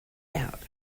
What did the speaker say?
doubt